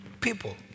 people